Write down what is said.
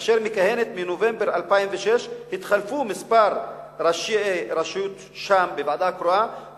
אשר מכהנת מנובמבר 2006. התחלפו כמה ראשי רשות שם בוועדה הקרואה,